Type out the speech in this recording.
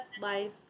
life